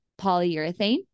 polyurethane